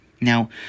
Now